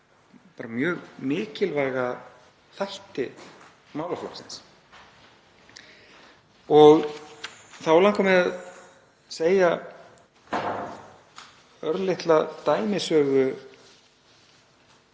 um mjög mikilvæga þætti málaflokksins. Þá langar mig að segja örlitla dæmisögu,